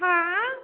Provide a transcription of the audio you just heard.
हँ